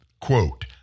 quote